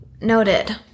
Noted